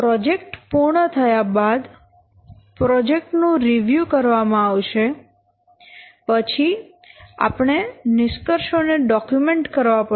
project પૂર્ણ થયા બાદ પ્રોજેક્ટ નું રિવ્યુ કરવામાં આવશે પછી આપણે નિષ્કર્ષો ને ડોક્યુમેન્ટ કરવા પડશે